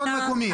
המקומי.